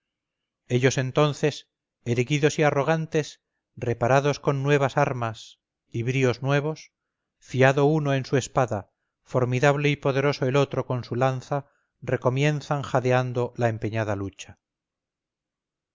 ellos entonces erguidos y arrogantes reparados con nuevas armas y bríos nuevos fiado uno en su espada formidable y poderoso el otro con su lanza recomienzan jadeando la empeñada lucha